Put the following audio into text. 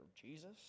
Jesus